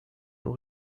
nos